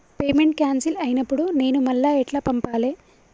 Payment cancel అయినపుడు నేను మళ్ళా ఎట్ల పంపాలే?